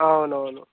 అవునవును